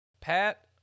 Pat